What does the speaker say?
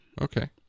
Okay